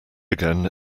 again